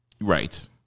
right